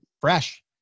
fresh